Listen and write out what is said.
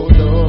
no